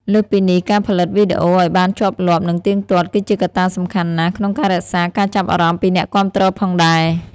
លើសពីនេះ ការផលិតវីដេអូឲ្យបានជាប់លាប់ និងទៀងទាត់ ក៏ជាកត្តាសំខាន់ណាស់ក្នុងការរក្សាការចាប់អារម្មណ៍ពីអ្នកគាំទ្រផងដែរ។